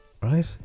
Right